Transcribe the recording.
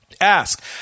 Ask